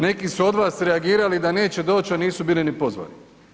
Neki su od vas reagirali da neće doći, a nisu bili ni pozvani.